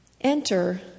Enter